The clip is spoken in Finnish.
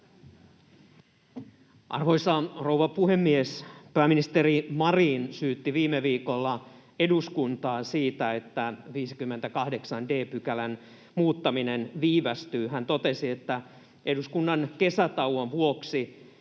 Arvoisa rouva puhemies! Pääministeri Marin syytti viime viikolla eduskuntaa siitä, että 58 d §:n muuttaminen viivästyy. Hän totesi, että se viivästyy eduskunnan kesätauon vuoksi,